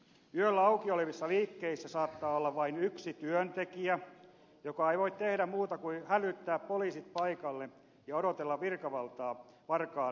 yöllä auki olevissa liikkeissä saattaa olla vain yksi työntekijä joka ei voi tehdä muuta kuin hälyttää poliisit paikalle ja odotella virkavaltaa varkaan luikkiessa pakoon